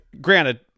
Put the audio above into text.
granted